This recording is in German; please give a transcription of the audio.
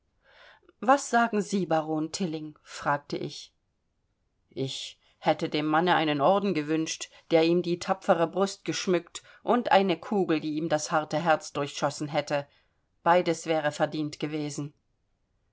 was sagen sie baron tilling fragte ich ich hätte dem manne einen orden gewünscht der ihm die tapfere brust geschmückt und eine kugel die ihm das harte herz durchschossen hätte beides wäre verdient gewesen